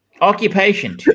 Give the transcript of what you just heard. occupation